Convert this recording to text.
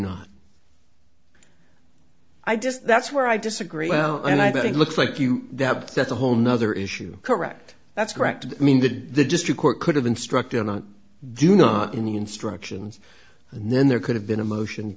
not i just that's where i disagree and i bet it looks like you that that's a whole nother issue correct that's correct i mean that the district court could have been struck down i do not in the instructions and then there could have been a motion